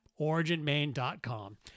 OriginMain.com